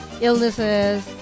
Illnesses